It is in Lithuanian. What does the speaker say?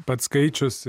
pats skaičius